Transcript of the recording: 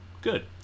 Good